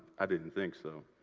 i didn't think so.